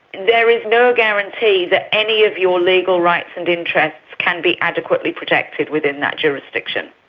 there is no guarantee that any of your legal rights and interests can be adequately protected within that jurisdiction.